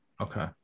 Okay